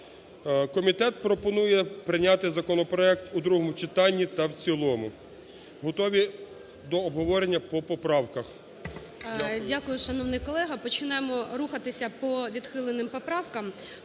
Комітет пропонує прийняти законопроект у другому читанні та в цілому, готові до обговорення по поправках.